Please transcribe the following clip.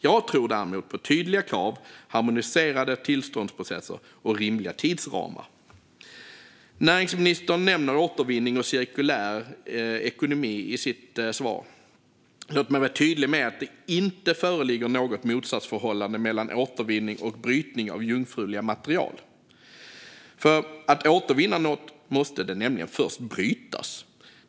Jag tror däremot på tydliga krav, harmoniserade tillståndsprocesser och rimliga tidsramar. Näringsministern nämner återvinning och cirkulär ekonomi i sitt svar. Låt mig vara tydlig med att det inte föreligger något motsatsförhållande mellan återvinning och brytning av jungfruliga material. För att något ska kunna återvinnas måste det nämligen först brytas.